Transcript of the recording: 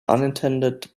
unintended